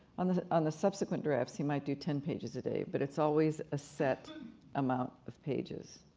on the on the subsequent drafts he might do ten pages a day, but it's always a set amount of pages.